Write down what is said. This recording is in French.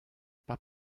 pas